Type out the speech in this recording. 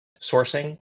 sourcing